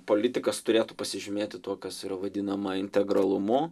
politikas turėtų pasižymėti tuo kas yra vadinama integralumu